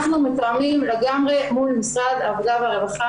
אנחנו מתואמים לגמרי מול משרד העבודה והרווחה,